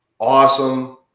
awesome